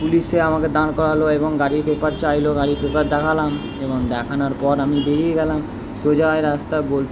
পুলিশে আমাকে দাঁড় করালো এবং গাড়ির পেপার চাইলো গাড়ির পেপার দেখালাম এবং দেখানোর পর আমি বেরিয়ে গেলাম সোজা ওই রাস্তা বোলপুর